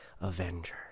avenger